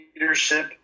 leadership